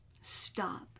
stop